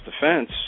defense